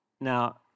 now